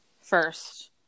first